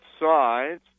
sides